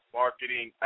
marketing